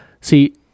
See